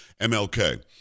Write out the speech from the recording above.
MLK